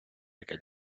aquell